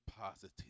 positive